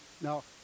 now